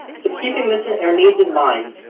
so keeping this in their needs in mind,